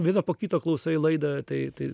vieną po kito klausai laidą tai tai